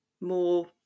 more